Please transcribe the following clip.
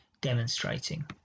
demonstrating